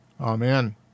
Amen